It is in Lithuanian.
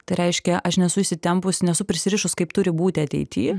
tai reiškia aš nesu įsitempusi nesu prisirišus kaip turi būti ateity